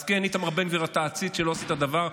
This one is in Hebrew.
אז כן, איתמר בן גביר, אתה עציץ שלא עשה דבר.